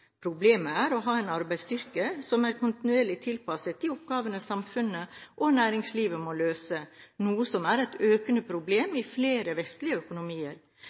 ha en arbeidsstyrke som er kontinuerlig tilpasset de oppgavene samfunnet og næringslivet må løse, noe som er et økende problem i flere vestlige økonomier.